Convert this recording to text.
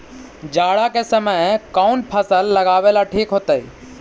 जाड़ा के समय कौन फसल लगावेला ठिक होतइ?